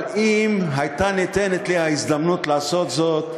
אבל אם הייתה ניתנת לי ההזדמנות לעשות זאת,